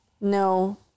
No